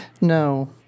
No